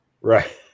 Right